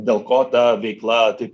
dėl ko ta veikla taip